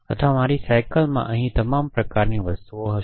અથવા હું એવું કહી શકું કે મારી સાયકલમાં અહીં તમામ પ્રકારની વસ્તુઓ છે